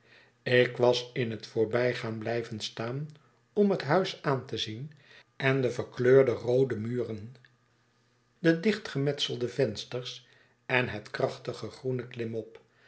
ik was in het voorbijgaan blijven staan om het huis aan te zien en de verkleurde roode muren de dichtgemetselde vensters en het krachtige groene klimop